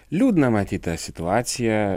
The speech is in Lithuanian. liūdna matyt ta situacija